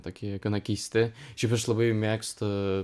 tokie gana keisti šiaip aš labai mėgstu